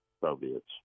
Soviets